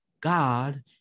God